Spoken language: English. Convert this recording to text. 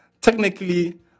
Technically